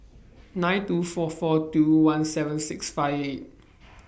nine two four four two one seven six five eight